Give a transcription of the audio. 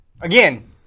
again